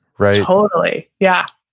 right? totally. yeah.